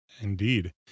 Indeed